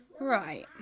Right